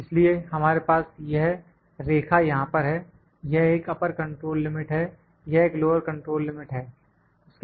इसलिए हमारे पास यह रेखा यहां पर है यह एक अपर कंट्रोल लिमिट है यह एक लोअर कंट्रोल लिमिट है